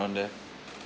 there